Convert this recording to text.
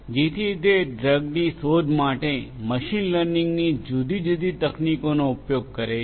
જેથી તે ડ્રગની શોધ માટે મશીન લર્નિંગની જુદી જુદી તકનીકોનો ઉપયોગ કરે છે